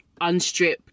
unstrip